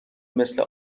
مثل